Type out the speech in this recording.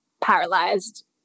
paralyzed